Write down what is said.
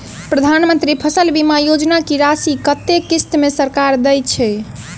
प्रधानमंत्री फसल बीमा योजना की राशि कत्ते किस्त मे सरकार देय छै?